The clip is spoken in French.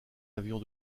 avion